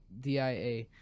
DIA